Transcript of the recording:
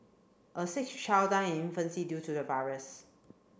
a sixth child died in infancy due to the virus